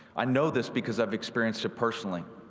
i know this because i've experienced it personally.